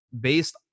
based